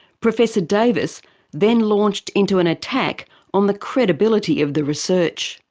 professor davis then launched into an attack on the credibility of the research.